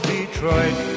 Detroit